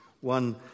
One